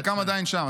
חלקם עדיין שם.